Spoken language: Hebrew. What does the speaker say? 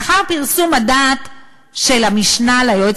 לאחר פרסום חוות הדעת של המשנה ליועץ